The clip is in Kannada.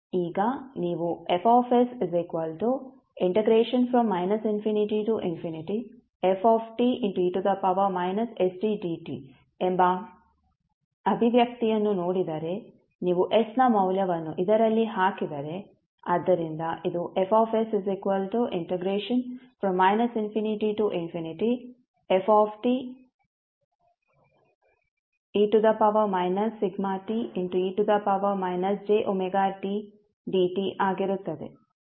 ಈಗ ನೀವು ಎಂಬ ಅಭಿವ್ಯಕ್ತಿಯನ್ನು ನೋಡಿದರೆ ನೀವು s ನ ಮೌಲ್ಯವನ್ನು ಇದರಲ್ಲಿ ಹಾಕಿದರೆ ಆದ್ದರಿಂದ ಇದು ಆಗಿರುತ್ತದೆ